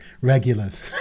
regulars